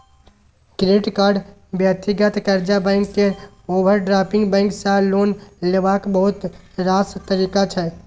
credit card, व्यक्तिगत कर्जा, bank केर ओवरड्राफ्ट बैंक सँ लोन लेबाक बहुत रास तरीका छै